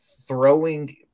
throwing